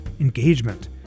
engagement